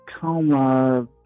coma